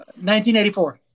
1984